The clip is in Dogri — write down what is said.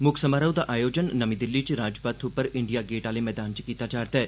मुक्ख समारोह दा आयोजन नमीं दिल्ली च राजपथ पर इंडिया गेट आह्ले मैदान च कीता जा'रदा ऐ